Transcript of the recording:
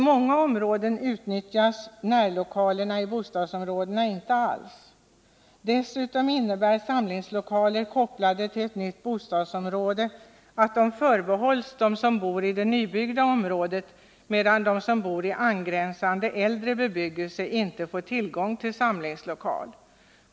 I många områden utnyttjas närlokalerna i bostadsområdena inte alls. Att samlingslokaler är kopplade till ett nytt bostadsområde innebär också att de förbehålls dem som bor i det nybyggda området, medan de som bor i angränsande äldre bebyggelse inte får tillgång till samlingslokalen.